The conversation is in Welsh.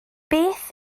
beth